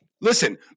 Listen